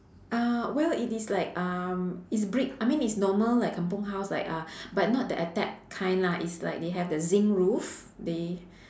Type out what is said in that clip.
uh well it is like um it's brick I mean it's normal like kampung house like uh but not the attap kind lah it's like they have the zinc roof they